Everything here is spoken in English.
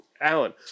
Alan